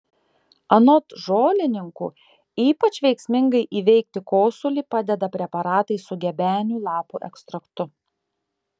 anot žolininkų ypač veiksmingai įveikti kosulį padeda preparatai su gebenių lapų ekstraktu